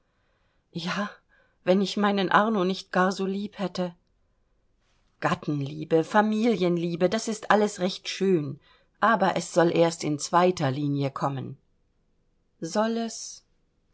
ja wenn ich meinen arno nicht gar so lieb hätte gattenliebe familienliebe das ist alles recht schön aber es soll erst in zweiter linie kommen soll es